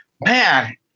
Man